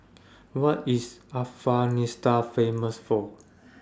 What IS Afghanistan Famous For